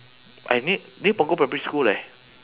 uh n~ near punggol primary school leh